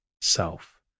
self